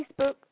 Facebook